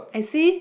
I see